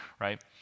right